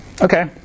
Okay